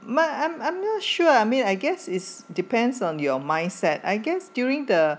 I'm I'm I'm not sure I mean I guess is depends on your mindset I guess during the